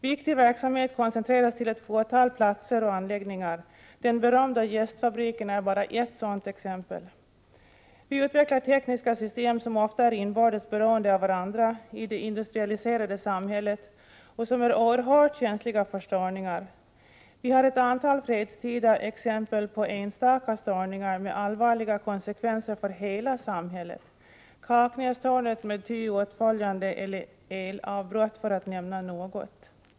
Viktiga verksamheter koncentreras till ett fåtal platser och anläggningar. Den berömda jästfabriken är bara ett sådant exempel. Vi utvecklar tekniska system som ofta är inbördes beroende av varandra i det industrialiserade samhället och som är oerhört känsliga. Vi har ett antal fredstida exempel på enstaka störningar med allvarliga konsekvenser för hela samhället — felet i Kaknästornet med ty åtföljande elavbrott för att nämna något.